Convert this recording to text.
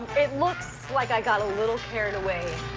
it looks like i got a little carried away.